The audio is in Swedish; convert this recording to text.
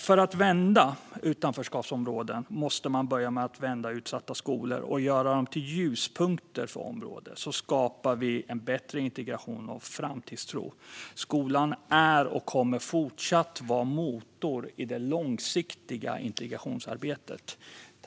För att vända utanförskapsområden måste man börja med att vända utsatta skolor och göra dem till ljuspunkter för området. Så skapar vi en bättre integration och framtidstro. Skolan är och kommer även i fortsättningen att vara motorn i det långsiktiga integrationsarbetet.